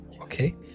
Okay